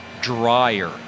drier